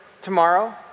tomorrow